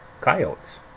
coyotes